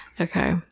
Okay